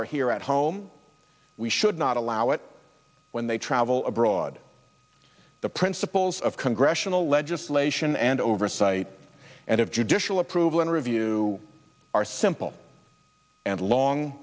are here at home we should not allow it when they travel abroad the principles of congressional legislation and oversight and of judicial approval and review are simple and long